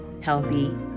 healthy